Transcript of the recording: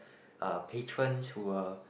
uh patrons who were